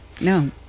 No